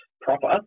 proper